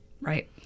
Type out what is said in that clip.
Right